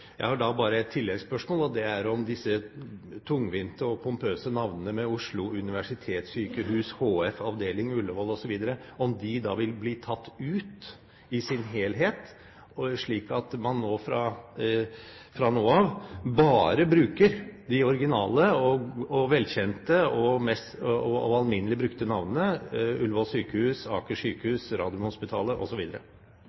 Jeg takker for svaret, som var svært positivt. Jeg har da bare et tilleggsspørsmål, og det er om disse tungvinte og pompøse navnene som Oslo universitetssykehus HF, avdeling Ullevål osv. vil bli tatt ut i sin helhet, slik at man fra nå av bare bruker de originale, velkjente og alminnelig brukte navnene Ullevål sykehus, Aker